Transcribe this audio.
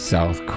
South